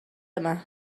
yma